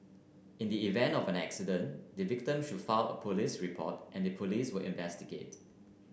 in the event of an accident the victim should file a police report and the police will investigate